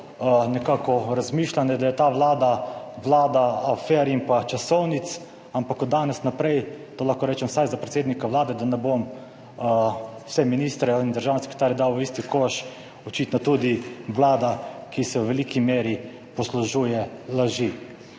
nekako razmišljanje, da je ta vlada vlada afer in časovnic, ampak od danes naprej – to lahko rečem vsaj za predsednika Vlade, da ne bom vseh ministrov in državnih sekretarjev dal v isti koš – očitno tudi vlada, ki se v veliki meri poslužuje laži.